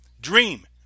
dream